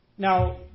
Now